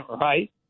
right